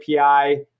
API